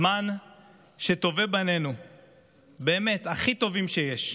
זמן שבו טובי בנינו, באמת, הכי טובים שיש,